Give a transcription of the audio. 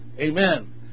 Amen